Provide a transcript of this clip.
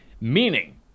meaning